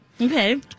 Okay